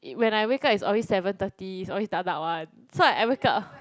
it when I wake up its already seven thirty its always dark dark [one] so I wake up